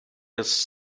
his